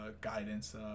guidance